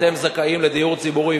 אתם זכאים לדיור ציבורי,